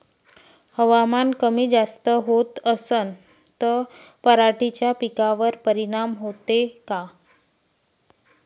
हवामान कमी जास्त होत असन त पराटीच्या पिकावर परिनाम होते का?